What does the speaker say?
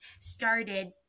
started